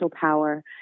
power